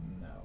No